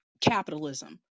capitalism